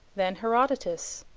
than herodotus.